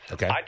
Okay